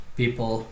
people